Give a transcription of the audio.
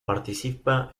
participa